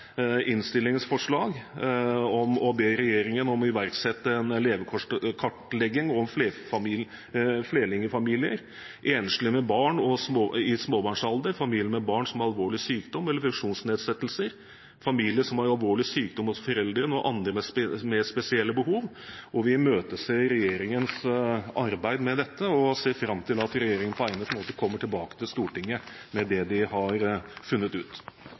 forslag om å be regjeringen om å iverksette en levekårskartlegging av flerlingfamilier, enslige med barn i småbarnsalder, familier med barn som har alvorlig sykdom eller funksjonsnedsettelser, familier som har alvorlig sykdom hos foreldrene, og andre med spesielle behov. Vi imøteser regjeringens arbeid med dette og ser fram til at regjeringen på egnet måte kommer tilbake til Stortinget med det de har funnet ut.